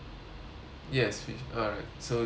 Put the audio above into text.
yes with alright so the